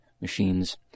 machines